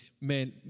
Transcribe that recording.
Man